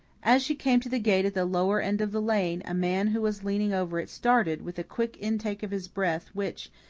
as she came to the gate at the lower end of the lane a man who was leaning over it started, with a quick intake of his breath which,